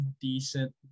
decent